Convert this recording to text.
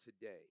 today